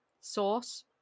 sauce